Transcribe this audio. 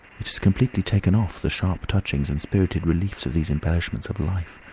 it has completely taken off the sharp touchings and spirited reliefs of these embellishments of life,